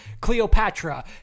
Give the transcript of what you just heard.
Cleopatra